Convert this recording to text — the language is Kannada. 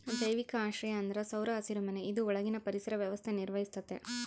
ಜೈವಿಕ ಆಶ್ರಯ ಅಂದ್ರ ಸೌರ ಹಸಿರುಮನೆ ಇದು ಒಳಗಿನ ಪರಿಸರ ವ್ಯವಸ್ಥೆ ನಿರ್ವಹಿಸ್ತತೆ